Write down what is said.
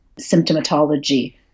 symptomatology